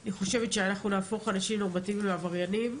אני חושבת שאנחנו נהפוך אנשים נורמטיביים לעבריינים,